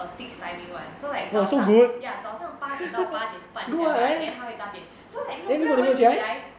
a fixed timing [one] so like 早上 ya 早上八点到八点半这样 right then 他会大便 so like no 那有人起来